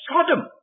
Sodom